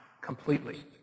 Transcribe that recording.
completely